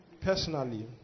personally